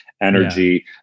energy